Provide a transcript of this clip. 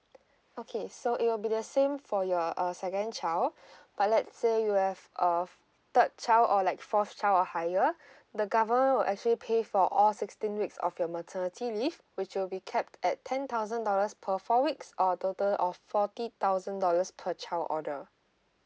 okay so it will be the same for your uh second child but let's say you have a third child or like fourth child or higher the government will actually pay for all sixteen weeks of your maternity leave which will be capped at ten thousand dollars per four weeks or total of fourty thousand dollars per child order